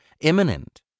imminent